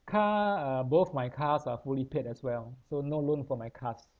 car uh both my cars are fully paid as well so no loan for my cars